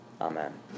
amen